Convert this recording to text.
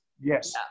yes